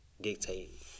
dictate